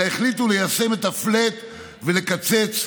אלא החליטו ליישם את הפלאט ולקצץ בסבסוד,